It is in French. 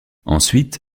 ensuite